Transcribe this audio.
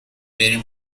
بریم